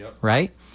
right